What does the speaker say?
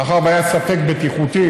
מאחר שהיה ספק בטיחותי,